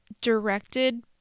directed